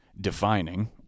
defining